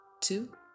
two